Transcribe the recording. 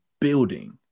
building